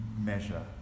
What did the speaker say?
measure